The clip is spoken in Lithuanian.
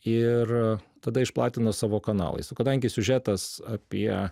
ir tada išplatino savo kanalais o kadangi siužetas apie